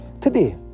Today